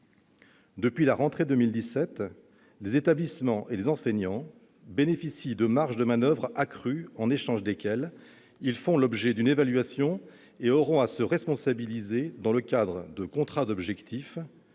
Depuis la rentrée 2017, les établissements et les enseignants bénéficient de marges de manoeuvre accrues, en échange desquelles ils font l'objet d'une évaluation et auront à se responsabiliser dans le cadre de contrats d'objectifs